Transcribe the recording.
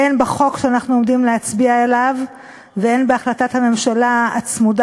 הן בחוק שאנחנו עומדים להצביע עליו והן בהחלטת הממשלה הצמודה